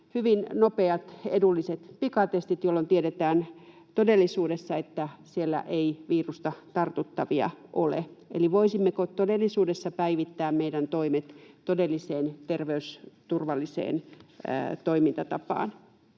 hyvin nopeat, edulliset pikatestit, jolloin tiedetään todellisuudessa, että siellä ei virusta tartuttavia ole. Eli voisimmeko todellisuudessa päivittää meidän toimemme todelliseen terveysturvalliseen toimintatapaan?